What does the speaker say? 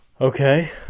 Okay